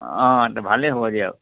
অঁ ভালেই হ'ব দিয়ক